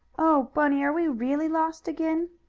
oh, bunny! are we really lost again?